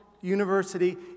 university